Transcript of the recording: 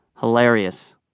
Hilarious